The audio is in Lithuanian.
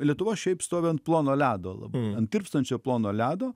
lietuva šiaip stovi ant plono ledo labai ant tirpstančio plono ledo